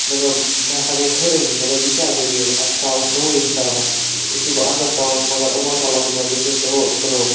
مےٚ دوٚپ مےٚ ہَسا گٔے حٲرانی مےٚ دوٚپ یہِ کیٛاہ دٔلیل اَتہِ ہَسا اوس نوٚوٕے حِسابہ یُتھے بہٕ اَندَر ژاوُس مَگَر یِمو ہَسا لَگوو مےٚ بٕتھس ہہُ سُنو سُپرے